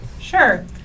Sure